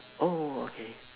oh okay